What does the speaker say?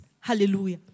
Hallelujah